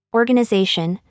organization